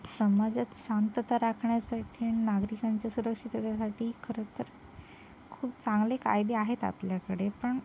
समाजात शांतता राखण्यासाठी आणि नागरिकांच्या सुरक्षिततेसाठी खरं तर खूप चांगले कायदे आहेत आपल्याकडे पण